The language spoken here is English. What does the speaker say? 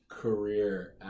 career